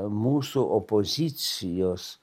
mūsų opozicijos